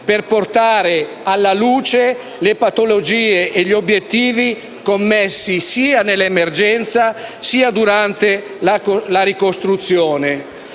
per portare alla luce le patologie emerse sia nell'emergenza, sia durante la ricostruzione.